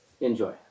Enjoy